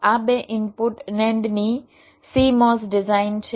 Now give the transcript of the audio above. આ બે input NAND ની CMOS ડિઝાઇન છે